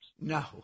No